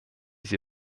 sie